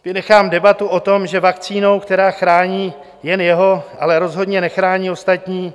Vynechám debatu o tom, že vakcínou, která chrání jen jeho, ale rozhodně nechrání ostatní.